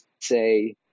say